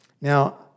Now